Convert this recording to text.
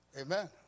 Amen